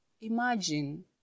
imagine